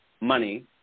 money